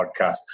podcast